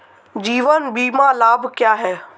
जीवन बीमा लाभ क्या हैं?